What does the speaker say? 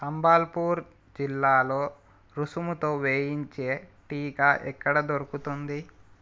సంబల్పూర్ జిల్లాలో రుసుముతో వేయించే టీకా ఎక్కడ దొరుకుతుంది